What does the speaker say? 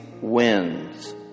wins